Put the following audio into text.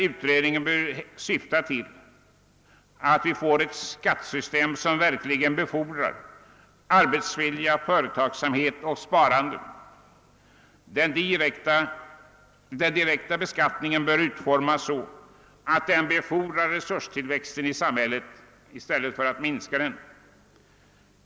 Den bör syfta till att skapa ett skattesystem som verkligen befordrar arbetsvilja, företagsamhet och sparande. Den direkta beskattningen bör utformas så att den befordrar resurs tillväxten i samhället i stället för att minska den.